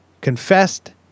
confessed